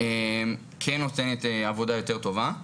כן נותנת עבודה יותר טובה,